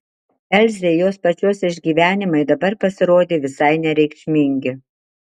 elzei jos pačios išgyvenimai dabar pasirodė visai nereikšmingi